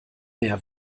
mehr